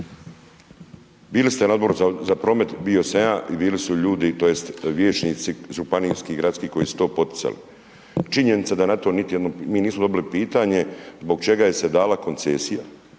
Bili ste u Odboru za promet, bio sam ja i bili su ljudi, tj. vijećnici, županijski, gradski, koji su to poticali. Činjenica je da na to niti jedno, mi nismo dobili pitanje, zbog čega je se dala koncesija,